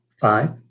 five